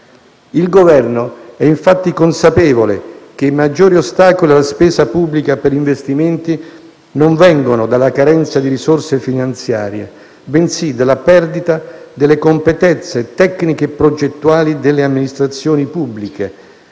Il Governo è infatti consapevole che i maggiori ostacoli alla spesa pubblica per investimenti vengono non dalla carenza di risorse finanziarie, bensì dalla perdita delle competenze tecniche e progettuali delle amministrazioni pubbliche,